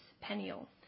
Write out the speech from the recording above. Peniel